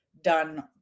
done